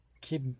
keep